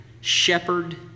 shepherd